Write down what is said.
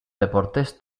deportes